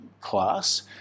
class